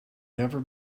never